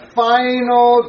final